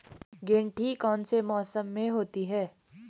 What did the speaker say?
गेंठी कौन से मौसम में होती है?